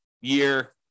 year